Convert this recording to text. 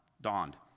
Dawned